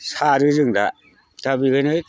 सारो जों दा दा बेखायनो